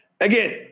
again